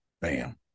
Bam